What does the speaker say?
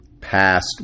past